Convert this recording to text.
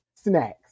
Snacks